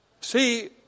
See